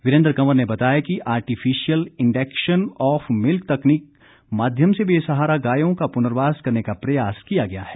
वीरेंद्र कंवर ने बताया कि आर्टिफिशियल इंडेक्शन ऑफ मिल्क तकनीक माध्यम से बेसहारा गायों का पूर्नवास करने का प्रयास किया गया है